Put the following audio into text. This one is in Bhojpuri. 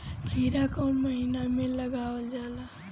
खीरा कौन महीना में लगावल जाला?